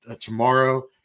tomorrow